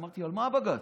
אמרתי: על מה הבג"ץ?